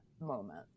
moment